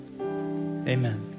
Amen